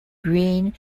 green